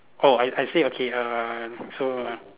oh I I say okay err so uh